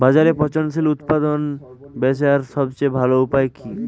বাজারে পচনশীল উৎপাদন বেচার সবথেকে ভালো উপায় কি?